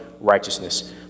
righteousness